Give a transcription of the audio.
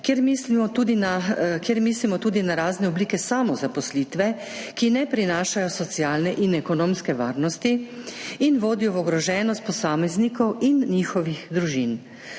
kjer mislimo tudi na razne oblike samozaposlitve, ki ne prinašajo socialne in ekonomske varnosti in vodijo v ogroženost posameznikov in njihovih družin.